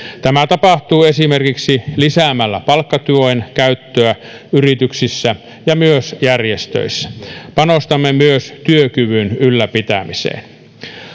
tämä tapahtuu esimerkiksi lisäämällä palkkatuen käyttöä yrityksissä ja myös järjestöissä panostamme myös työkyvyn ylläpitämiseen